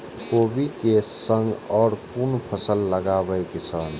कोबी कै संग और कुन फसल लगावे किसान?